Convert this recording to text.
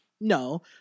No